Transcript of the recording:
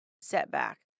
setback